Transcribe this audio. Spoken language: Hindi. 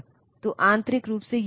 तो यह पिन नंबर 11 है